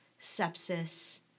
sepsis